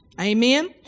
Amen